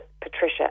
Patricia